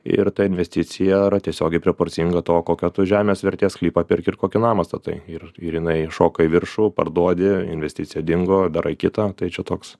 ir ta investicija yra tiesiogiai proporcinga to kokio tu žemės vertės sklypą perki ir kokį namą statai ir ir jinai šoka į viršų parduodi investicija dingo darai kitą tai čia toks